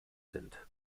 sind